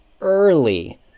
early